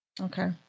Okay